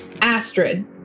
Astrid